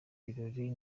ibirori